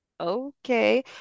okay